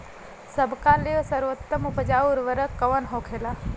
सबका ले सर्वोत्तम उपजाऊ उर्वरक कवन होखेला?